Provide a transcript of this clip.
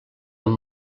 amb